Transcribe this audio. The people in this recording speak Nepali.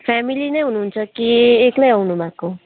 फ्यामिली नै हुनुहुन्छ कि एक्लै आउनुभएको